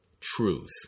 truth